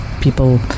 people